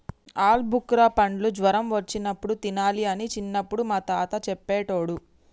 ఆల్బుకార పండ్లు జ్వరం వచ్చినప్పుడు తినాలి అని చిన్నపుడు మా తాత చెప్పేటోడు